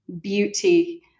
beauty